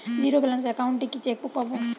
Zero balance account এ কি checkbook পাব?